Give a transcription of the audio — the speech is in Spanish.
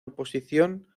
oposición